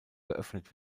geöffnet